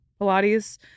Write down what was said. Pilates